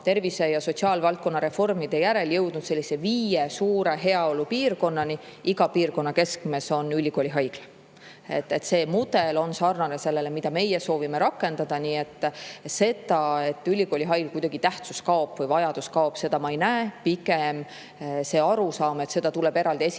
tervise- ja sotsiaalvaldkonna reformide järel [loonud] viis suurt heaolupiirkonda. Iga piirkonna keskmes on ülikooli haigla. See mudel on sarnane sellele, mida meie soovime rakendada. Nii et seda, et ülikooli haigla tähtsus kaob või vajadus [selle järele] kaob, ma ei näe. Pigem on olemas arusaam, et seda tuleb eraldi esile tuua